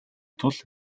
тул